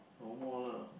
one more lah